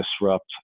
disrupt